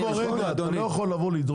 לכן, אתה לא יכול דרוש